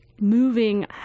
moving